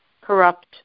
corrupt